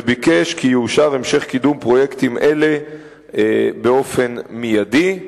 וביקש כי יאושר המשך פרויקטים אלה באופן מיידי.